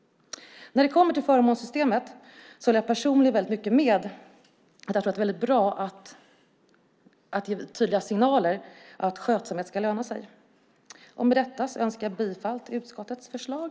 När det kommer till förmånssystemet håller jag personligen väldigt mycket med om att det är mycket bra att ge tydliga signaler att skötsamhet ska löna sig. Med detta yrkar jag bifall till utskottets förslag.